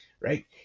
right